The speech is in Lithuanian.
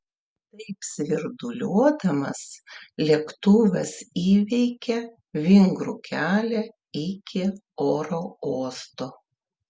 taip svirduliuodamas lėktuvas įveikė vingrų kelią iki oro uosto